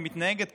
היא מתנהגת כמו,